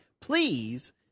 please